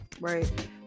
right